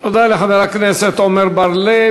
תודה לחבר הכנסת עמר בר-לב.